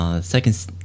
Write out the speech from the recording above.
second